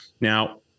Now